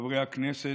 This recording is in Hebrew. חברי הכנסת,